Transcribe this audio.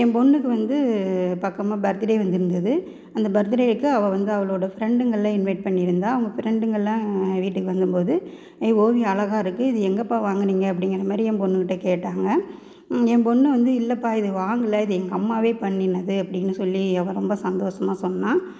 என் பொண்ணுக்கு வந்து பக்கமாக பர்த்டே வந்துருந்துது அந்த பர்த்டேவுக்கு அவ வந்து அவளோட ஃப்ரெண்டுங்களில் இன்வைட் பண்ணியிருந்தாள் அவங்க ஃப்ரெண்டுங்கள்லாம் வீட்டுக்கு வந்தம்போது ஏய் ஓவியம் அழகா இருக்கு இது எங்கேப்பா வாங்குனீங்க அப்படிங்கிறமாரி என் பொண்ணுகிட்ட கேட்டாங்க ஏன் பொண்ணு வந்து இல்லைப்பா இது வாங்கல இது எங்கள் அம்மாவே பண்ணினது அப்படின்னு சொல்லி அவ ரொம்ப சந்தோசமாக சொன்னாள்